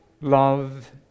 love